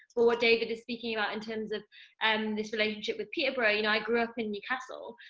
for what david is speaking about, in terms of and this relationship with peterborough. you know, i grew up in newcastle,